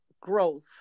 growth